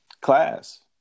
class